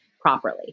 properly